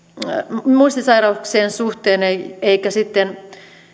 muistisairauksien suhteen eikä sitten